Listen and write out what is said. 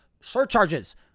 surcharges